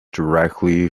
directly